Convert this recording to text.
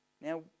Now